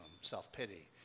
self-pity